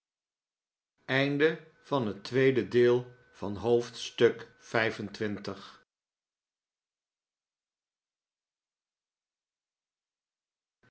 het gedonder van het